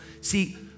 See